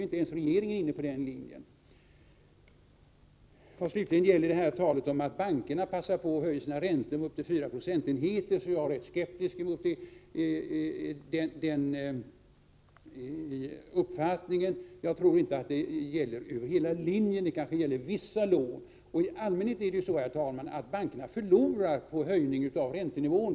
Inte ens regeringen är inne på den linjen. Slutligen: Jag är rätt skeptisk mot talet om att bankerna passar på att höja sina räntor med upp till 4 procentenheter. Jag tror inte att detta gäller över hela linjen. Det kanske gäller vissa lån. I allmänhet är det så, herr talman, att bankerna förlorar på en höjning av räntenivån.